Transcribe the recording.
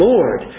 Lord